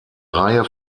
reihe